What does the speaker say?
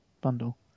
bundle